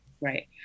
right